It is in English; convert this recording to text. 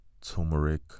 turmeric